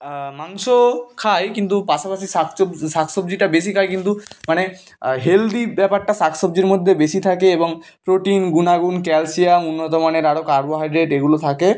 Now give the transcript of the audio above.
আ মাংসও খায় কিন্তু পাশাপাশি শাকসবজি শাকসবজিটা বেশি খায় কিন্তু মানে হেলদি ব্যাপারটা শাকসবজির মধ্যে বেশি থাকে এবং প্রোটিন গুনাগুন ক্যালসিয়াম উন্নত মানের আরো কার্বোহাইড্রেট এগুলো থাকে